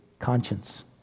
conscience